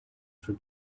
for